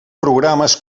programes